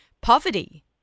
poverty